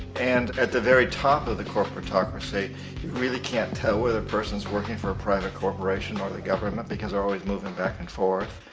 and at the very top of the corporatocracy you really can't tell whether the person is working for a private corporation or the government because their always moving back and forth.